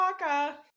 waka